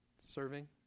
Serving